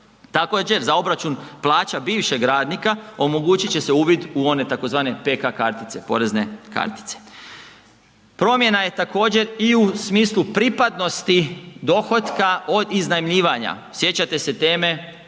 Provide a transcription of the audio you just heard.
Također, za obračun plaća bivšeg radnika omogućit će se uvid u one tzv. PK kartice, porezne kartice. Promjena je također i u smislu pripadnosti dohotka od iznajmljivanja. Sjećate se teme